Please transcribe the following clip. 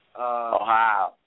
Ohio